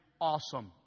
awesome